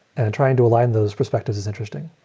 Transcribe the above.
and trying to align those perspectives is interesting.